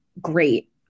great